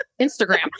Instagram